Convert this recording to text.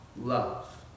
love